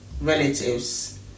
relatives